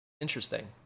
Interesting